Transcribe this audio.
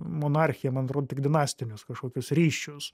monarchiją man atrodo tik dinastinius kažkokius ryšius